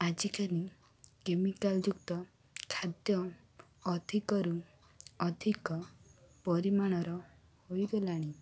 ଆଜିକାଲି କେମିକାଲ ଯୁକ୍ତ ଖାଦ୍ୟ ଅଧିକରୁ ଅଧିକ ପରିମାଣର ହୋଇଗଲାଣି